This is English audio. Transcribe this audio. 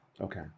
Okay